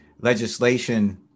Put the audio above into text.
legislation